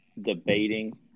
debating